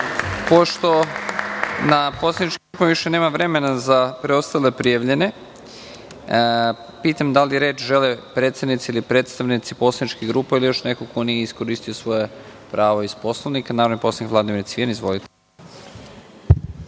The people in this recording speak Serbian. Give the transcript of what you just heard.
Pošto na poslaničkim grupama više nema vremena za preostale prijavljene, pitam da li reč žele predsednici, ili predstavnici poslaničkih grupa ili još neko ko nije iskoristio svoje pravo iz Poslovnika. Reč ima narodni poslanik Vladimir Cvijan. Izvolite.